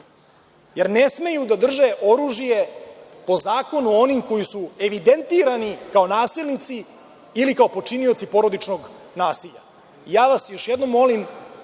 jer ne smeju da drže oružje po zakonu oni koji su evidentirani kao nasilnici ili kao počinioci porodičnog nasilja. Još jednom vas molim,